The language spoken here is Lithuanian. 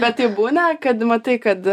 bet taip būna kad matai kad